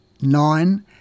nine